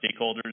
stakeholders